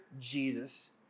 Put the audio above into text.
Jesus